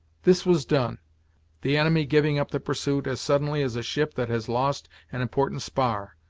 this was done the enemy giving up the pursuit, as suddenly as a ship that has lost an important spar,